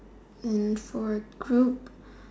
and for a group